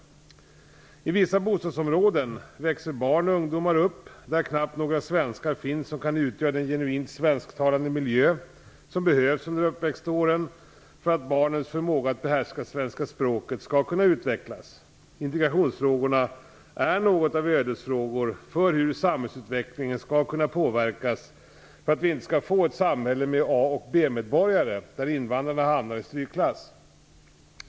I vissa bostadsområden växer barn och ungdomar upp där det knappt finns några svenskar som kan utgöra den genuint svensktalande miljö som behövs under uppväxtåren för att barnens förmåga att behärska svenska språket skall kunna utvecklas. Integrationsfrågorna är något av ödesfrågor för hur samhällsutvecklingen skall kunna påverkas för att vi inte skall få ett samhälle med A och B-medborgare där invandrarna hamnar i strykklass.